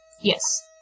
yes